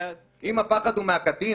אם הפחד הוא מהקטין,